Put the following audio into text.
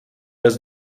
else